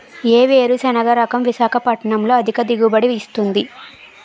ఏ వేరుసెనగ రకం విశాఖపట్నం లో అధిక దిగుబడి ఇస్తుంది?